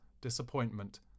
disappointment